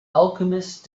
alchemist